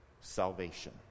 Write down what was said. salvation